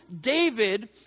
David